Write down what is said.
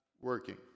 working